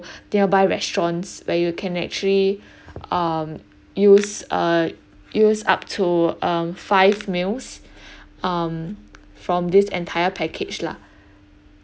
nearby restaurants where you can actually um use uh use up to um five meals um from this entire package lah